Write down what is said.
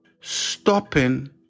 stopping